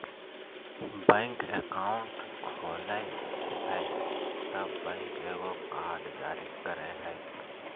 bank account खोलय हइ तब बैंक एगो कार्ड जारी करय हइ